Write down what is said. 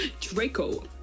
Draco